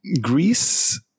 Greece